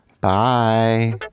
bye